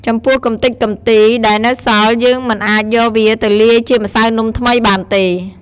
ចំពោះកម្ទេចកម្ទីដែលនៅសល់យើងមិនអាចយកវាទៅលាយជាម្សៅនំថ្មីបានទេ ។